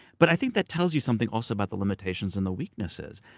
but i think that tells you something, also, about the limitations and the weaknesses.